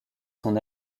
son